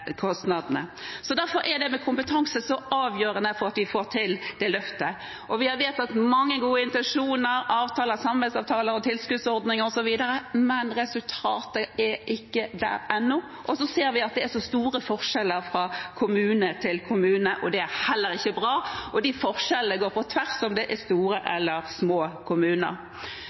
kostnadene. Derfor er kompetanse så avgjørende for at vi får til det løftet. Vi har vedtatt mange gode intensjoner, avtaler, samarbeidsavtaler og tilskuddsordninger osv., men resultatet er ikke der ennå. Vi ser også at det er store forskjeller fra kommune til kommune. Det er heller ikke bra. De forskjellene går på tvers av store eller små kommuner.